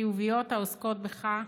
העוסקות בך,